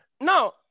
now